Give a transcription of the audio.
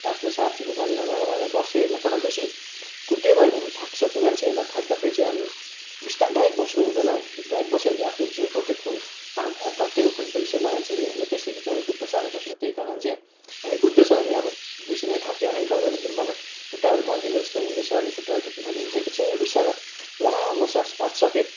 आफ्नो साथीको कन्दामा लड्दा बसे होइन तर बेसी कुद्दै गयो भने थाक्छ कि मान्छे अन्त थाक्दा फेरि चाहिँ हामी बस्दा डाइरेक्ट बस्नुहुँदैन डाइरेक्ट बस्यो भने चाहिँ आफ्नो जिउको त्यो खुन तातिएको खुन पनि सेलाई हाल्छ कि अनि त्यसले चाहिँ झन् कुद्न साह्रो पर्छ त्यही कारण चाहिँ हामी कुद्दैछ भने अब बेसी नै थाक्यो एन्कलहरू मतलब खुट्टाहरू मर्किएको जस्तो हुँदैछ अनि खुट्टाहरू दुख्नु थाल्यो भने चाहिँ एकछिन बिसाएर लामो सास पाँच छ खेप